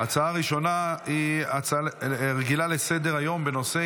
ההצעה הראשונה היא הצעה רגילה לסדר-היום בנושא: